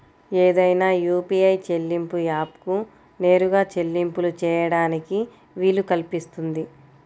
ఏదైనా యూ.పీ.ఐ చెల్లింపు యాప్కు నేరుగా చెల్లింపులు చేయడానికి వీలు కల్పిస్తుంది